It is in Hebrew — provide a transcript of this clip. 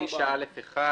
החפיסות הריקות זה סעיף 9א1